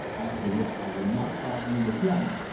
after which i will not bother you again.